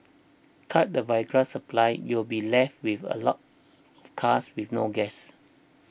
cut the Viagra supply you'll be left with a lot of cars with no gas